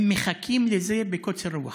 הם מחכים לזה בקוצר רוח.